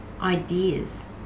ideas